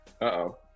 Uh-oh